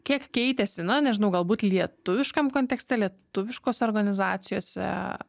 kiek keitėsi na nežinau galbūt lietuviškam kontekste lietuviškose organizacijose